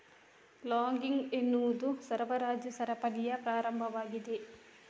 logging ಎನ್ನುವುದು ಸರಬರಾಜು ಸರಪಳಿಯ ಪ್ರಾರಂಭವಾಗಿದೆ